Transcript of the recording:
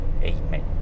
Amen